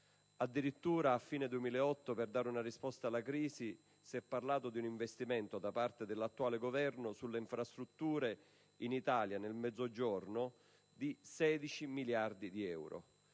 Addirittura, a fine 2008, per dare una risposta alla crisi si è parlato di un investimento da parte dell'attuale Governo sulle infrastrutture nel Mezzogiorno d'Italia di 16 miliardi di euro.